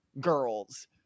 girls